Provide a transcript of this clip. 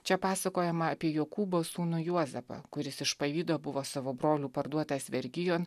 čia pasakojama apie jokūbo sūnų juozapą kuris iš pavydo buvo savo brolių parduotas vergijon